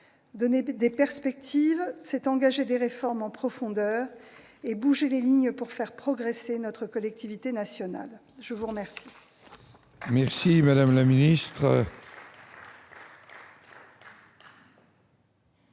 Donner des perspectives, c'est engager des réformes en profondeur et bouger les lignes pour faire progresser notre collectivité nationale. La parole